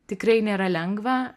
tikrai nėra lengva